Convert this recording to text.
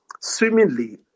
swimmingly